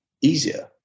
easier